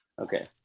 Okay